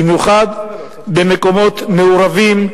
במיוחד במקומות מעורבים,